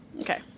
okay